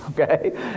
okay